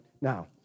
Now